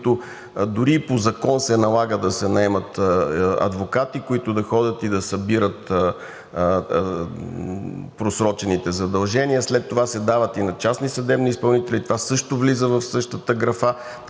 които дори и по закон се налага да се наемат адвокати, които да ходят и да събират просрочените задължения, след това се дават и на частни съдебни изпълнители, това също влиза в същата графа,